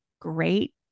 great